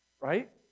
Right